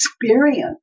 experience